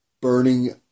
burning